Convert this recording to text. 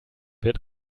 wird